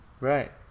Right